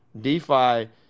DeFi